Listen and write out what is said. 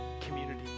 community